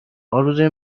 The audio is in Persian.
ارزوی